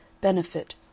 benefit